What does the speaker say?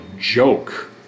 joke